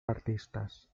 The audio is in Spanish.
artistas